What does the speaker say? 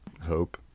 Hope